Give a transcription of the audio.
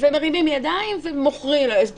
מרימים ידיים ומוכרים להם.